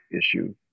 issue